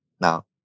Now